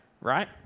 right